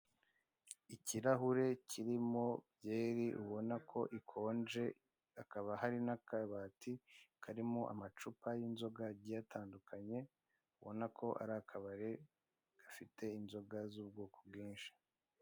Ikirahure kirimo byeri ubona ko ikonje, hakaba hari n'akabati karimo amacupa y'nizoga agiye atandukanye, ubona ko ari akabare gafite inzoga z'ubwoko bwinshi.